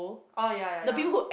oh ya ya ya